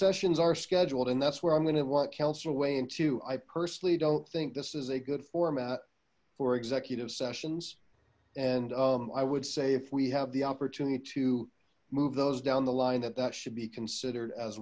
sessions are scheduled and that's where i'm gonna want counsel weigh in to i personally don't think this is a good format for executive sessions and i would say if we have the opportunity to move those down the line that that should be considered as